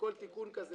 שכל תיקון כזה